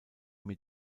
mit